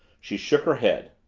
she shook her head.